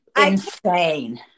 insane